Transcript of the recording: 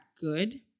good